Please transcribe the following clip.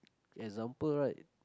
example right